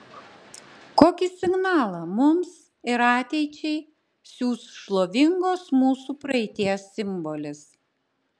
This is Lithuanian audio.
kokį signalą mums ir ateičiai siųs šlovingos mūsų praeities simbolis